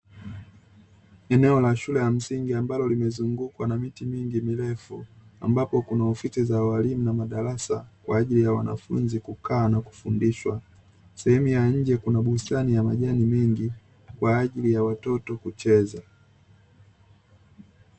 Eneo la shule ya msingi ambalo limezungukwa na miti mingi mirefu, ambapo kuna ofisi za walimu na madarasa kwa ajili ya wanafunzi kukaa na kufundishwa. Sehemu ya nje kuna bustani ya majani mengi kwa ajili ya watoto kucheza.